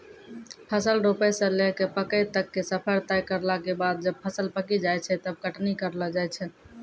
फसल रोपै स लैकॅ पकै तक के सफर तय करला के बाद जब फसल पकी जाय छै तब कटनी करलो जाय छै